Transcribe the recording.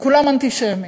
כולם אנטישמים.